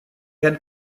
had